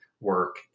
work